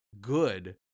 good